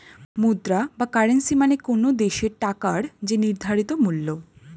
মুদ্রা বা কারেন্সী মানে কোনো দেশের টাকার যে নির্ধারিত মূল্য